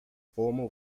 formal